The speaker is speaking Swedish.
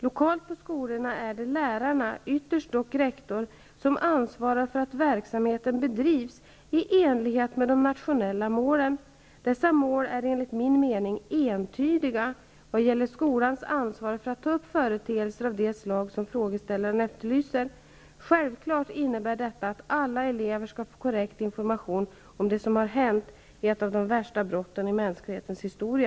Lokalt på skolorna är det lärarna, ytterst dock rektor, som ansvarar för att verksam heten bedrivs i enlighet med de nationella målen. Dessa mål är enligt min mening entydiga vad gäller skolans ansvar för att ta upp företeelser av det slag som frågeställaren efterlyser. Självklart innebär detta att alla elever skall få korrekt information om det som har hänt, ett av de värsta brotten i mänsklighetens historia.